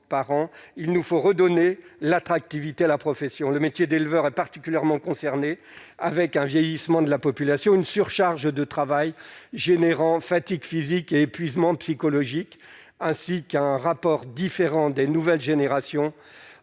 par an, il nous faut redonner l'attractivité à la profession, le métier d'éleveur est particulièrement concernée avec un vieillissement de la population, une surcharge de travail, générant fatigue physique et épuisement psychologique, ainsi qu'un rapport différent des nouvelles générations